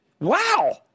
Wow